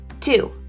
Two